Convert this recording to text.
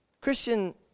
Christian